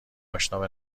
اشنا